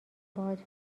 باهات